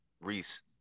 Reese